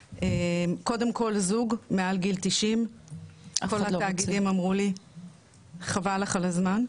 קודם כל זוג מעל גיל 90 כל התאגידים אמרו לי חבל לך על הזמן,